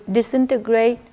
disintegrate